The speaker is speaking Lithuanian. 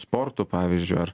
sportu pavyzdžiui ar